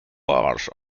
bars